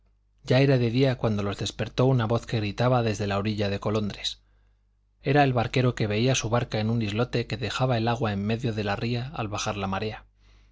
ya era de día cuando los despertó una voz que gritaba desde la orilla de colondres era el barquero que veía su barca en un islote que dejaba el agua en medio de la ría al bajar la marea